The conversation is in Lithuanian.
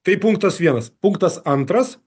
tai punktas vienas punktas antras